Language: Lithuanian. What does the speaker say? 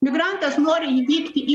migrantas nori įvykti į